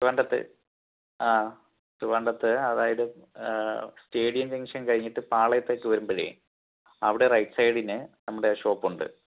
ട്രിവാൻഡ്രത്ത് ആ ട്രിവാൻഡ്രത്ത് അതായതു സ്റ്റേഡിയം ജംഗ്ഷൻ കഴിഞ്ഞിട്ട് പാളയത്തേക്ക് വരുമ്പോഴേ അവിടെ റൈറ്റ് സൈഡിന് നമ്മുടെ ഷോപ്പുണ്ട്